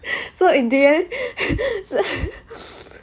so in the end